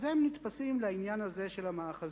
אז הם נתפסים לעניין הזה של המאחזים